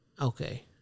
Okay